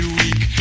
weak